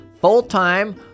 full-time